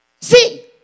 See